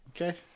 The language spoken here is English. Okay